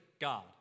God